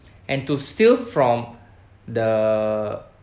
and to steal from the